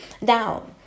Now